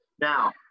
Now